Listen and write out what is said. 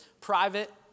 private